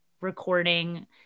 recording